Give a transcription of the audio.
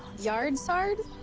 yard sard?